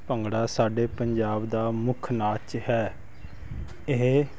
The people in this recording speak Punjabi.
ਭੰਗੜਾ ਸਾਡੇ ਪੰਜਾਬ ਦਾ ਮੁੱਖ ਨਾਚ ਹੈ ਇਹ